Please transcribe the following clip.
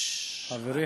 חברי